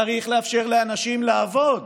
צריך לאפשר לאנשים לעבוד,